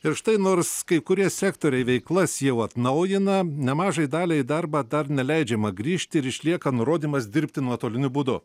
ir štai nors kai kurie sektoriai veiklas jau atnaujina nemažai daliai į darbą dar neleidžiama grįžti ir išlieka nurodymas dirbti nuotoliniu būdu